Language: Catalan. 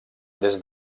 des